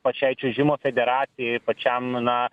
pačiai čiuožimo federacijai pačiam na